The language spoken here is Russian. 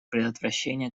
предотвращение